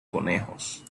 conejos